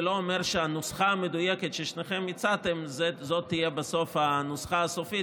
זה לא אומר שהנוסחה המדויקת ששניכם הצעתם זו תהיה בסוף הנוסחה הסופית.